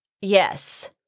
Yes